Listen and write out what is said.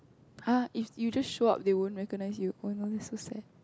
!huh! if you just show up they won't recognize you oh no that's so sad